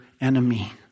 enemy